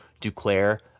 Duclair